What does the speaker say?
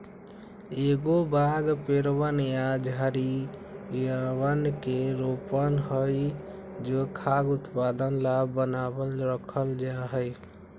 एगो बाग पेड़वन या झाड़ियवन के रोपण हई जो खाद्य उत्पादन ला बनावल रखल जाहई